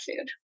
food